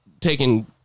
taking